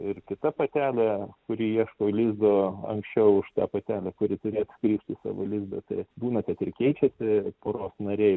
ir kita patelė kuri ieško lizdo anksčiau už tą patelę kuri turėjo atskrist į savo lizdą tai būna kad ir keičiasi poros nariai